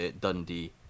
dundee